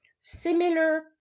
similar